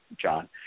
John